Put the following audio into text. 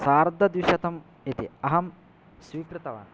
सार्धद्विशतम् इति अहं स्वीकृतवान्